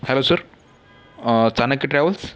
hello sir Chanakya travels